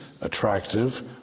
attractive